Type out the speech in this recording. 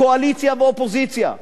קואליציה ואופוזיציה.